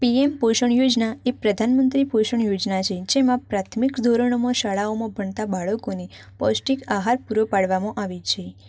પી એમ પોષણ યોજના એ પ્રધાનમંત્રી પોષણ યોજના છે જેમાં પ્રાથમિક ધોરણોમાં શાળાઓમાં ભણતાં બાળકોને પૌષ્ટિક આહાર પૂરો પાડવામાં આવે છે